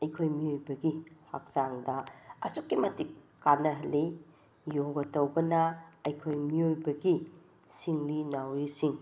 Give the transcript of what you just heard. ꯑꯩꯈꯣꯏ ꯃꯤꯑꯣꯏꯕꯒꯤ ꯍꯛꯆꯥꯡꯗ ꯑꯁꯨꯛꯀꯤ ꯃꯇꯤꯛ ꯀꯥꯟꯅꯍꯜꯂꯤ ꯌꯣꯒ ꯇꯧꯕꯅ ꯑꯩꯈꯣꯏ ꯃꯤꯑꯣꯏꯕꯒꯤ ꯁꯤꯡꯂꯤ ꯅꯥꯎꯔꯤꯁꯤꯡ